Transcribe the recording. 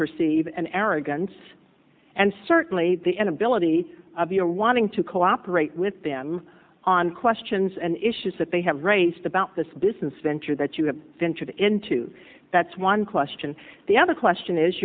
perceive an arrogance and certainly the inability of your wanting to cooperate with them on questions and issues that they have raised about this business venture that you have ventured into that's one question the other question is